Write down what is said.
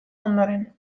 ondoren